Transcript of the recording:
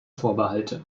vorbehalte